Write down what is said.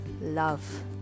love